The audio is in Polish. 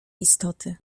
istoty